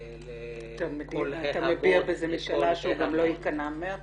-- אתה מביע בזה משאלה שהוא גם לא ייכנע מעכשיו?